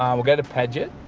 um we'll go to paget.